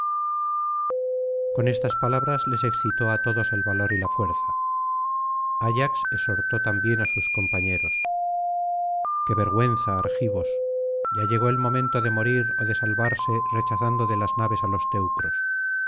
con estas palabras les excitó á todos el valor y la fuerza ayax exhortó también á sus compañeros qué vergüenza argivos ya llegó el momento de morir ó de salvarse rechazando de las naves á los teucros